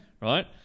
Right